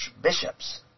bishops